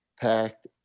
packed